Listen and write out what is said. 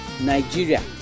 Nigeria